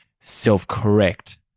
self-correct